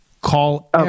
Call